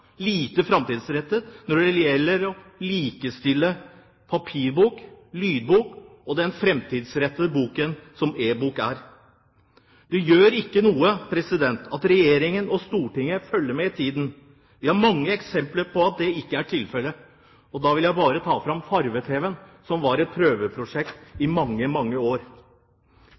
lite framtidsrettet når det gjelder å likestille papirbok, lydbok og den fremtidsrettede boken som e-bok er. Det gjør ikke noe at Regjeringen og Stortinget følger med i tiden. Vi har mange eksempler på at dette ikke er tilfelle. Da vil jeg bare ta fram farge-tv, som var et prøveprosjekt i mange, mange år.